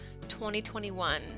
2021